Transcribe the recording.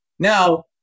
Now